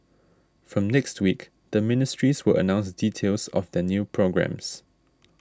from next week the ministries will announce details of their new programmes